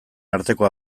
arteko